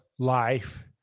life